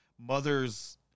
mother's